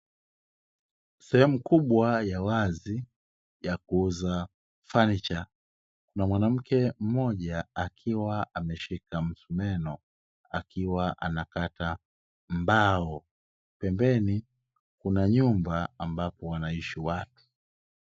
Sehemu kubwa ya wazi ya kuuza fanicha, kuna mwanamke mmoja akiwa ameshika msumeno, akiwa anakata mbao. Pembeni kuna nyumba ambapo wanaishi watu.